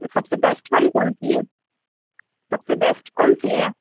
सबसे बेस्ट वाली कौन सी है सबसे बेस्ट कौन सी है